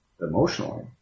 emotionally